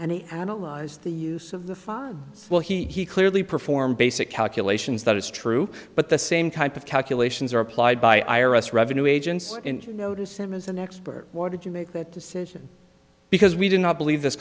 and analyzed the use of the five will he clearly perform basic calculations that is true but the same type of calculations are applied by i r s revenue agents and you notice them as an expert why did you make that decision because we did not believe this